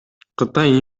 кытай